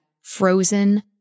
frozen